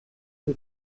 the